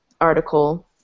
article